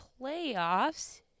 playoffs